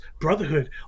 brotherhood